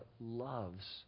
loves